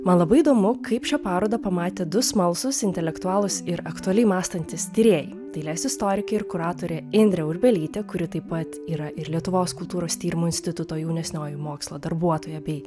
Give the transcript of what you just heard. man labai įdomu kaip šią parodą pamatė du smalsūs intelektualūs ir aktualiai mąstantys tyrėjai dailės istorikė ir kuratorė indrė urbelytė kuri taip pat yra ir lietuvos kultūros tyrimų instituto jaunesnioji mokslo darbuotoja bei